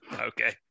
okay